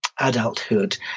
adulthood